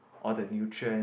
all the nutrient